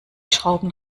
schrauben